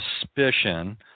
suspicion